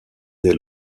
des